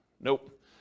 nope